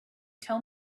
tell